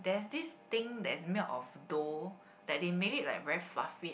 there's this thing that is made of dough that they made it like very fluffy and